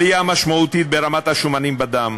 גורם לעלייה משמעותית ברמת השומנים בדם,